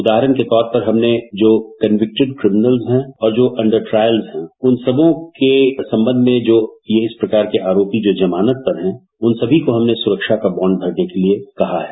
उदाहरण के तौर पर हमने जो मनविक्टिड क्रिमनल है और दो अण्डर ट्रायलर्स है उन सबको संबंध में जो इस प्रकार के आरोपी जमानत पर है उन सभी को हमने सुरक्षा का बाण्ड भरने के लिये कहा है